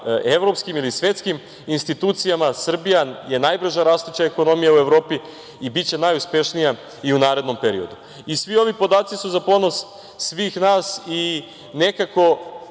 evropskim ili svetskim institucijama. Srbija je najbrža rastuća ekonomija u Evropi i biće najuspešnija i u narednom periodu. Svi ovi podaci su za ponos svih nas i nekako